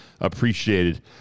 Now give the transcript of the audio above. appreciated